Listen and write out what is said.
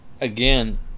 again